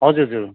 हजुर हजुर